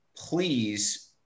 please